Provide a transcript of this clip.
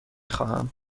خواهم